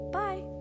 bye